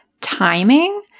timing